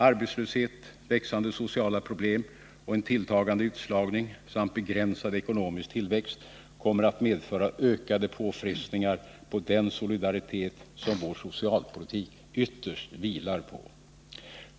Arbetslöshet, växande sociala problem och en tilltagande utslagning samt begränsad ekonomisk tillväxt kommer att medföra ökade påfrestningar på den solidaritet som vår socialpolitik ytterst vilar på.